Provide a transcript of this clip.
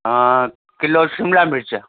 kilo शिमला मिर्च